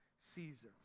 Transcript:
Caesar